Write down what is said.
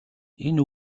энэ